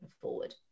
forward